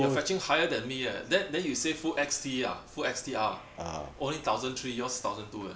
you're fetching higher than me eh th~ then you say full X_T ah full X_T_R only thousand three yours thousand two eh